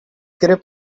grip